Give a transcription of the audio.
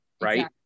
right